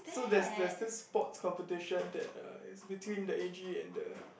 so there's there's this sports competition that uh is between the A_G and the